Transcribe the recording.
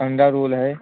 अण्डा रोल है